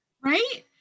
right